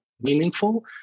meaningful